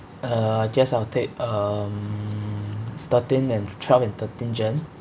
uh I guess I'll take um fourteen and twelve and thirteen jan